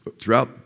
throughout